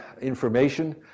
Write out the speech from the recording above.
information